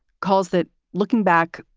calls that, looking back,